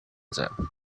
them